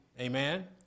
amen